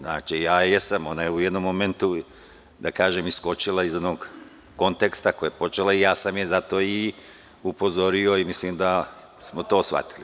Ona je u jednom momentu, da kažem, iskočila iz onog konteksta koji je počela i ja sam je zato i upozorio i mislim da smo to shvatili.